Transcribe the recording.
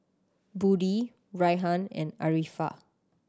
Budi Rayyan and Arifa